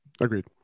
Agreed